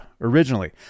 originally